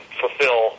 fulfill